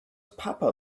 papa